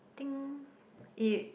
think it